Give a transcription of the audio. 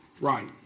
Right